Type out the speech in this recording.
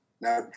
Now